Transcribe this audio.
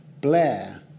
Blair